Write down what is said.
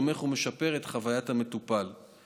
התומך בחוויית המטופל ומשפר אותה.